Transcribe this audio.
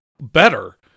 better